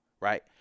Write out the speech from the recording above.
right